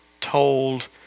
told